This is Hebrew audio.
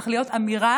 צריכה להיות אמירה,